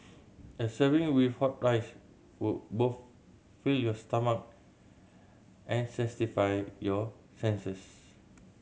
a serving with hot rice would both fill your stomach and your senses